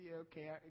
okay